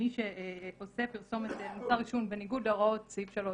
שמי שעושה פרסומת למוצר עישון בניגוד להוראת סעיף 3,